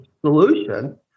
Solution